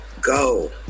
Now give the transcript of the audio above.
go